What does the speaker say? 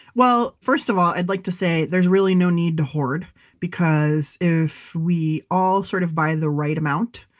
well, first of all, i'd like to say there's really no need to hoard because if we all sort of buy the right amount,